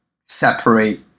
separate